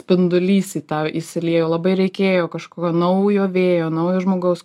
spindulys į tą įsiliejo labai reikėjo kažkokio naujo vėjo naujo žmogaus